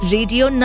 Radio